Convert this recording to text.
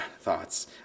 thoughts